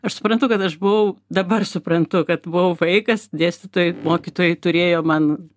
aš suprantu kad aš buvau dabar suprantu kad buvau vaikas dėstytojai mokytojai turėjo man